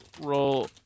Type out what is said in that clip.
roll